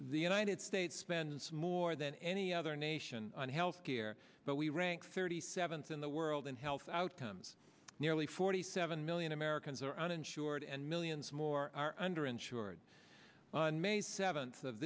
united states spends more than any other nation on health care but we rank thirty seventh in the world in health outcomes nearly forty seven million americans are uninsured and millions more are under insured on may seventh of